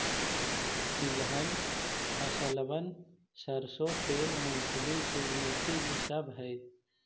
तिलहन फसलबन सरसों तेल, मूंगफली, सूर्यमुखी ई सब हई